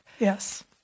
Yes